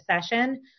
session